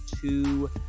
two